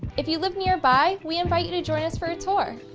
if you live nearby, we invite you to join us for a tour.